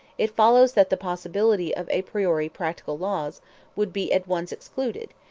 it follows that the possibility of a priori practical laws would be at once excluded,